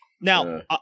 Now